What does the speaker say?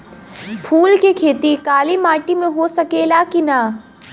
फूल के खेती काली माटी में हो सकेला की ना?